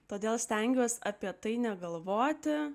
todėl stengiuosi apie tai negalvoti